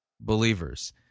believers